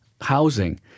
housing